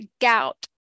gout